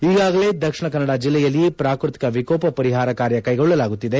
ಈಗಾಗಲೇ ದಕ್ಷಿಣ ಕನ್ನಡ ಜಿಲ್ಲೆಯಲ್ಲಿ ಪ್ರಾಕೃತಿಕ ವಿಕೋಪ ಪರಿಹಾರ ಕಾರ್ಯ ಕೈಗೊಳ್ಳಲಾಗುತ್ತಿದೆ